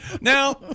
Now